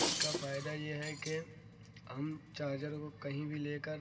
اس کا فائدہ یہ ہے کہ ہم چارجر کو کہیں بھی لے کر